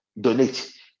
donate